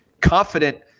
confident